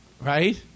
right